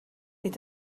est